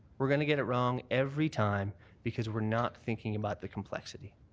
we're going to get it wrong every time because we're not thinking about the complexity.